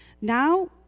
Now